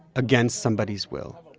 against somebody's will.